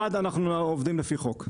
אז ראשית, אנחנו עובדים לפי חוק.